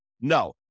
No